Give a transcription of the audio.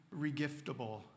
regiftable